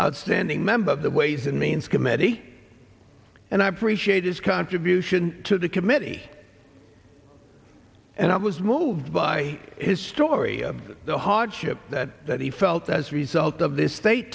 outstanding member of the ways and means committee and i appreciate his contribution to the committee and i was moved by his story of the hardship that he felt as a result of this state